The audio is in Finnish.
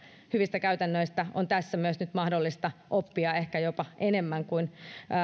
hyvistä käytännöistä on tässä myös nyt mahdollista oppia ehkä jopa enemmän kuin